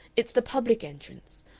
it's the public entrance.